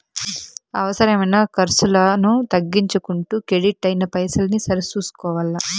అవసరమైన కర్సులను తగ్గించుకుంటూ కెడిట్ అయిన పైసల్ని సరి సూసుకోవల్ల